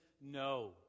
no